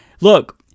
look